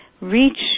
reach